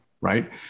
right